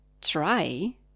try